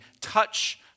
touch